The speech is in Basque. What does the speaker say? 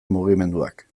mugimenduak